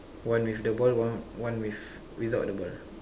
one with the ball one one with without the ball